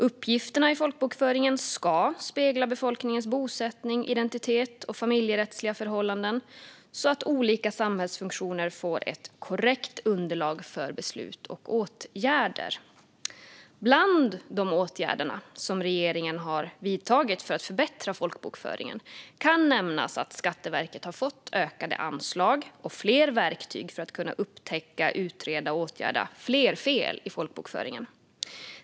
Uppgifterna i folkbokföringen ska spegla befolkningens bosättning, identitet och familjerättsliga förhållanden så att olika samhällsfunktioner får ett korrekt underlag för beslut och åtgärder. Bland de åtgärder regeringen har vidtagit för att förbättra folkbokföringen kan nämnas att Skatteverket fått ökade anslag och fler verktyg för att kunna upptäcka, utreda och åtgärda fler fel i folkbokföringen.